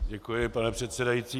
Děkuji, pane předsedající.